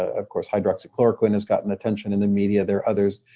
of course, hydroxychloroquine has gotten attention in the media. there are others.